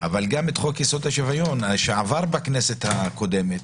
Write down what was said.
אבל גם את חוק-יסוד: השוויון, שעבר בכנסת הקודמת,